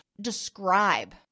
describe